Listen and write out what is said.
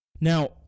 Now